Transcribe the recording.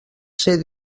ser